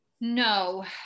No